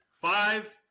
Five